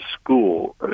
school